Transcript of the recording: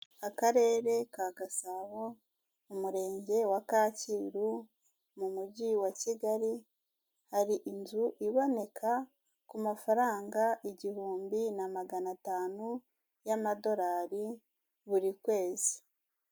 Akarere ka Gasabo umurenge wa Kakiru mu mujyi wa Kigali hari inzu iboneka ku mafaranga igihumbi na magana atanu y'amadolari buri kwezi.